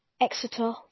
Exeter